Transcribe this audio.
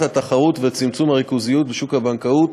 התחרות ולצמצום הריכוזיות בשוק הבנקאות,